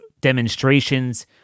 demonstrations